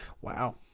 Wow